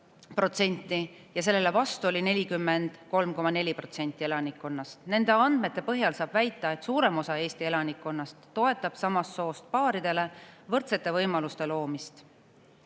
ja selle vastu oli 43,4% elanikkonnast. Nende andmete põhjal saab väita, et suurem osa Eesti elanikkonnast toetab samast soost paaridele võrdsete võimaluste loomist.